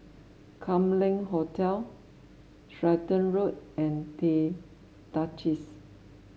Kam Leng Hotel Stratton Road and The Duchess